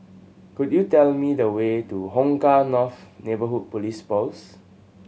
could you tell me the way to Hong Kah North Neighbourhood Police Post